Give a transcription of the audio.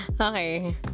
Okay